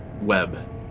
web